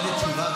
אם זו תשובה,